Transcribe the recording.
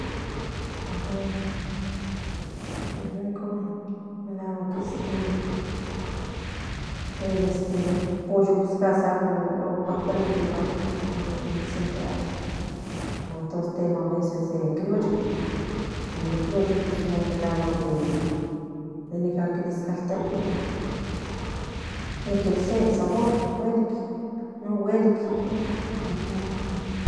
Ja icon melahuack de ocuel de in pollo pues aco acuel cuacuali cualica de nen central guan tos temoti de in crioyo de nen crioyo pues de me lahuack de nica ni nescaltia niqui o se sabor guelik non guelik